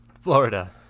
Florida